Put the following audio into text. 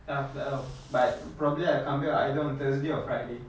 ah aku tak tahu but probably I come back either on thursday or friday